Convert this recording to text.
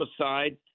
aside